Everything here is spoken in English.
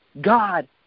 God